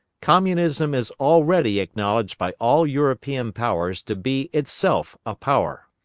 communism is already acknowledged by all european powers to be itself a power.